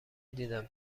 دیدم